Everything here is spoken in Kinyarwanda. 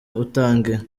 utangiye